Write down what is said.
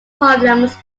problems